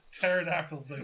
Pterodactyls